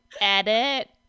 edit